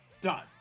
Done